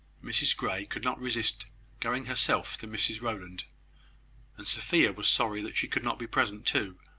mrs grey could not resist going herself to mrs rowland and sophia was sorry that she could not be present too,